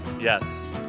Yes